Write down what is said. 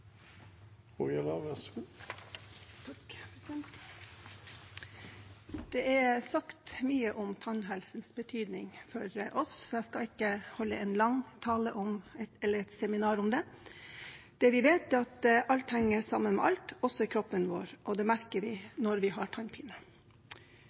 sagt mye om tannhelsens betydning for oss, så jeg skal ikke holde en lang tale eller et seminar om det. Det vi vet, er at alt henger sammen med alt, også i kroppen vår, og det merker vi